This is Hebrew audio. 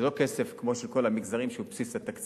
זה לא כסף כמו של כל המגזרים, שהוא בבסיס התקציב.